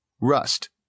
rust